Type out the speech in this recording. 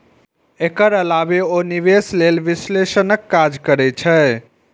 एकर अलावे ओ निवेश लेल विश्लेषणक काज करै छै